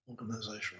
organization